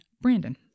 Brandon